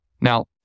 Now